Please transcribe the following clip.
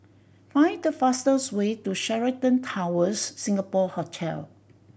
find the fastest way to Sheraton Towers Singapore Hotel